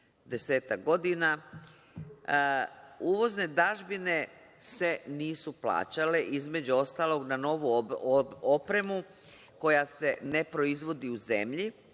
Desetak godina. Uvozne dažbine se nisu plaćale, između ostalog na novu opremu koja se ne proizvodi u zemlji,